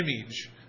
image